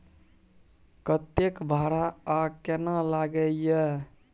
कतेक भाड़ा आ केना लागय ये?